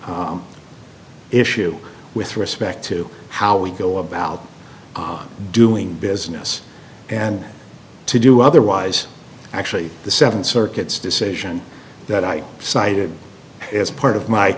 issue with respect to how we go about doing business and to do otherwise actually the seven circuits decision that i cited as part of my